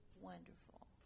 wonderful